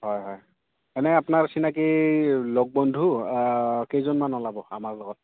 হয় হয় এনে আপোনাৰ চিনাকি লগ বন্ধু কেইজনমান ওলাব আমাৰ লগত